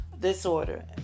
disorder